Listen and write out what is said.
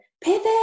pivot